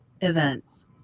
events